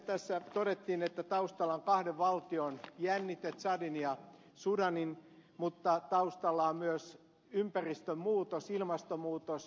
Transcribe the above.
tässä todettiin että taustalla on kahden valtion jännite tsadin ja sudanin mutta taustalla on myös ympäristönmuutos ilmastonmuutos